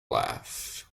laugh